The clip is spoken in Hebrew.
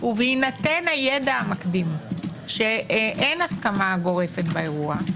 ובהינתן הידע המקדים שאין הסכמה גורפת באירוע,